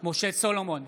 משה סולומון,